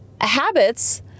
habits